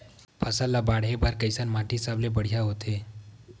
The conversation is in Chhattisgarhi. फसल ला बाढ़े बर कैसन माटी सबले बढ़िया होथे?